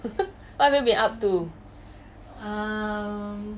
what have you been up to